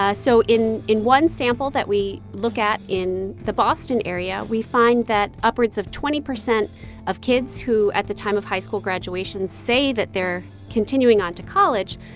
ah so in in one sample that we look at in the boston area, we find that upwards of twenty percent of kids who at the time of high school graduation say that they're continuing on to college,